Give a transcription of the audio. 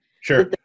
Sure